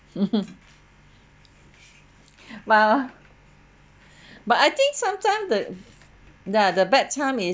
well but I think sometime the ya bad time is